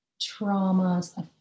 trauma's